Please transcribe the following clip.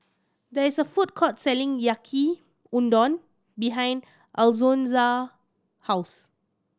there is a food court selling Yaki Udon behind Alonza house